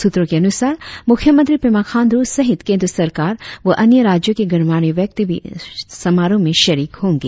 सूत्रों के अनुसार मुख्यमंत्री पेमा खांडू सहित केंद्र सरकार व अन्य राज्यों के गणमान्य व्यक्ति भी समारोह में शरीक होंगे